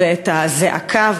את הזעקה,